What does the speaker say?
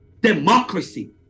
democracy